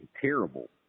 terrible